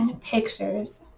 pictures